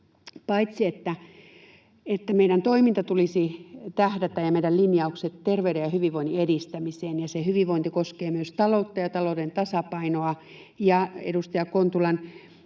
toiminnan ja linjausten tulisi tähdätä terveyden ja hyvinvoinnin edistämiseen, ja se hyvinvointi koskee myös taloutta ja talouden tasapainoa. Edustaja Kontulan